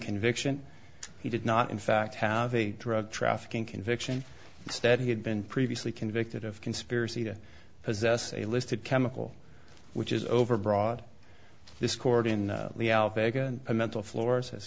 conviction he did not in fact have a drug trafficking conviction instead he had been previously convicted of conspiracy to possess a listed chemical which is overbroad this chord in a mental floors